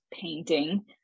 painting